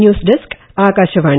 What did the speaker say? news desk Akashvani